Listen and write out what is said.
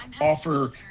offer